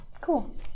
Cool